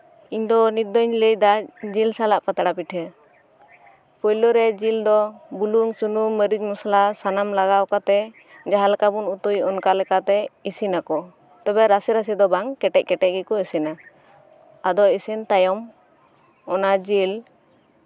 ᱤᱧ ᱫᱚ ᱱᱤᱛ ᱫᱚᱧ ᱞᱟᱹᱭ ᱫᱟ ᱡᱤᱞ ᱥᱟᱞᱟᱜ ᱯᱟᱛᱲᱟ ᱯᱤᱴᱷᱟᱹ ᱯᱳᱭᱞᱳ ᱨᱮ ᱡᱤᱞ ᱫᱚ ᱵᱩᱞᱩᱝ ᱥᱩᱱᱩᱢ ᱢᱟᱹᱨᱤᱪ ᱢᱚᱥᱞᱟ ᱥᱟᱱᱟᱢ ᱞᱟᱜᱟᱣ ᱠᱟᱛᱮᱜ ᱡᱟᱸᱦᱟ ᱞᱮᱠᱟᱵᱚᱱ ᱩᱛᱩᱭ ᱚᱱᱠᱟ ᱞᱮᱠᱟᱛᱮ ᱤᱥᱤᱱ ᱟᱠᱚ ᱛᱚᱵᱮ ᱨᱟᱥᱮ ᱨᱟᱥᱮ ᱫᱚ ᱵᱟᱝ ᱠᱮᱴᱮᱡ ᱜᱮᱠᱚ ᱤᱥᱤᱱᱟ ᱟᱠᱚ ᱛᱚᱵᱮ ᱨᱟᱥᱮ ᱨᱟᱥᱮ ᱫᱚ ᱵᱟᱝ ᱠᱮᱴᱮᱡ ᱠᱮᱴᱮᱡ ᱜᱮᱠᱚ ᱤᱥᱤᱱᱟ ᱟᱫᱚ ᱤᱥᱤᱱ ᱛᱟᱭᱚᱢ ᱚᱱᱟ ᱡᱤᱞ